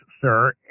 sir